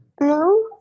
No